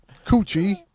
coochie